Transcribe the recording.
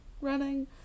running